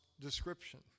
description